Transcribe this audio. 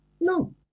No